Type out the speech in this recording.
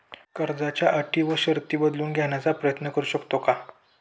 कर्जाच्या अटी व शर्ती बदलून घेण्याचा प्रयत्न करू शकतो का?